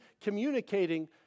communicating